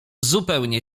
zupełnie